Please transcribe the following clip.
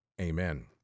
amen